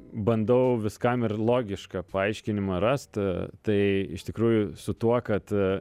bandau viskam ir logišką paaiškinimą rast tai iš tikrųjų su tuo kad